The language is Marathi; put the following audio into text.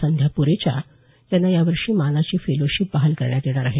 संध्या प्रेचा यांना यावर्षी मानाची फेलोशिप बहाल करण्यात येणार आहे